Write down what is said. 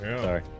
Sorry